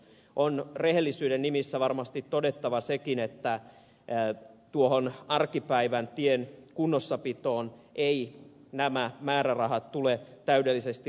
on rehellisyyden nimisissä varmasti todettava sekin että tuohon arkipäivän tien kunnossapitoon eivät nämä määrärahat tule täydellisesti riittämään